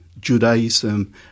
Judaism